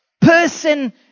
person